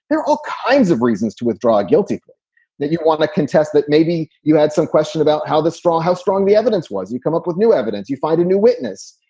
there are all kinds of reasons to withdraw guilty that you want to contest that. maybe you had some question about how the straw, how strong the evidence was. you come up with new evidence, you find a new witness,